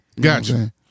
Gotcha